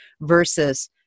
versus